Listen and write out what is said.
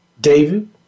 David